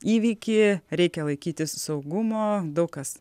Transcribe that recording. įvykį reikia laikytis saugumo daug kas